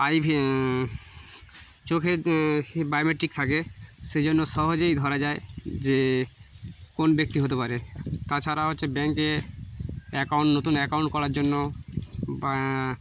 ivy চোখে biometric থাকে সেই জন্যন্য সহজেই ধরা যায় যে কোন ব্যক্তি হতে পারে তাছাড়া হচ্ছে ব্যাঙ্কে অ্যাকাউন্ট নতুন অ্যাকাউন্ট করার জন্য বা